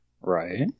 Right